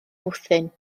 bwthyn